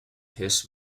his